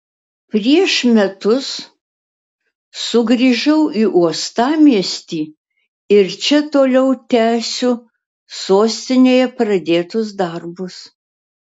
prieš metus sugrįžau į uostamiestį ir čia toliau tęsiu sostinėje pradėtus darbus